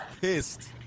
pissed